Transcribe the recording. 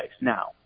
now